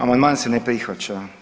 Amandman se ne prihvaća.